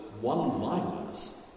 one-liners